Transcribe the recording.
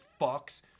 fucks